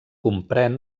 comprèn